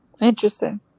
interesting